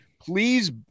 Please